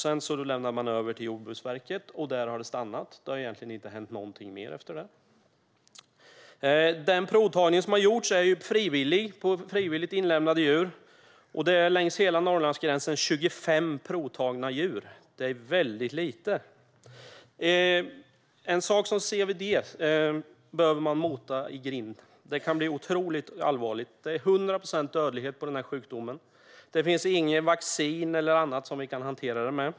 Sedan lämnade man över det till Jordbruksverket, och där har det stannat. Det har egentligen inte hänt någonting mer efter det. Den provtagning som har gjorts har skett på frivilligt inlämnade djur. Längs hela Norrlandsgränsen har det tagits prover på 25 djur. Det är väldigt lite. CWD är någonting som bör motas i grind. Den kan bli otroligt allvarlig. Sjukdomen är till 100 procent dödlig. Det finns inget vaccin eller något annat för att hantera den.